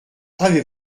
avez